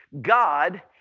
God